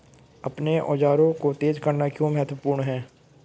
अपने औजारों को तेज करना क्यों महत्वपूर्ण है?